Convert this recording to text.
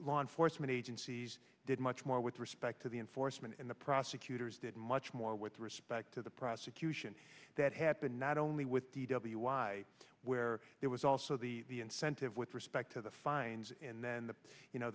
law enforcement agencies did much more with respect to the enforcement and the prosecutors did much more with respect to the prosecution that happened not only with d w i where there was also the incentive with respect to the fines and then the you know